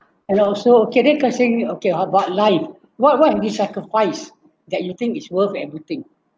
and also can that cursing okay how about life what what he sacrifice that you think is worth everything